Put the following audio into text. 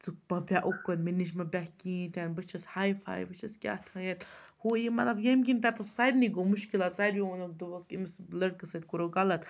ژٕ بیٚہہ اُکُن مےٚ نِش مہٕ بیٚہہ کِہیٖنۍ تہِ نہٕ بہٕ چھَس ہاے فاے بہٕ چھَس کیٛاہ تھانٮ۪تھ ہُہ یہِ مطلب ییٚمہِ کِنۍ تَتٮ۪تھ سارنٕے گوٚو مُشکلات سارویو ووٚنہوکھ دوٚپہوکھ أمِس لٔڑکَس سۭتۍ کوٚروُ غلط